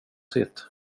sitt